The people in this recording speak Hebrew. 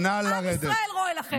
עם ישראל רואה לכם.